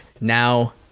now